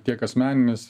tiek asmeninis